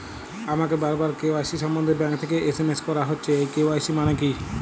আমাকে বারবার কে.ওয়াই.সি সম্বন্ধে ব্যাংক থেকে এস.এম.এস করা হচ্ছে এই কে.ওয়াই.সি মানে কী?